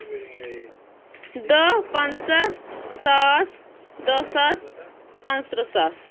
دَہ پنٛژاہ ساس دَہ ساس پانٛژھ تٕرٛہ ساس